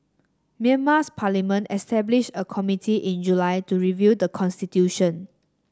Myanmar's parliament established a committee in July to review the constitution